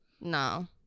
no